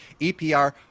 EPR